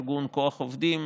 ארגון כוח עובדים,